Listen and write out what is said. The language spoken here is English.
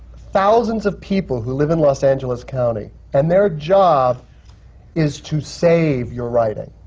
thousands of people who live in los angeles county and their job is to save your writing.